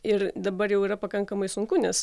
ir dabar jau yra pakankamai sunku nes